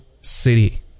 city